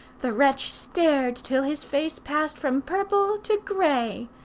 the wretch stared till his face passed from purple to grey,